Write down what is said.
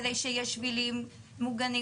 כדי שיהיו שבילים מוגנים,